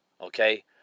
Okay